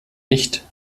nicht